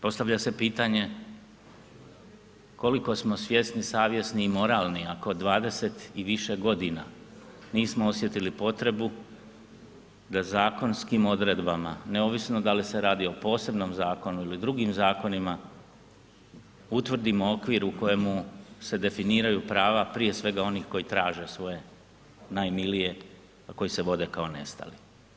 Postavlja se pitanje koliko smo svjesni, savjesni i moralni, ako 20 i više godina nismo osjetili potrebu da zakonskim odredbama, neovisno da li se radi o posebnom zakonu ili drugim zakonima, utvrdimo okvir u kojemu se definiraju prava prije svega onih koji traže svoje najmilije, a koji se vode kao nestali.